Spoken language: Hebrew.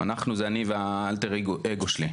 אנחנו זה אני והאלטר אגו שלי.